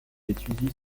étudie